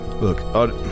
look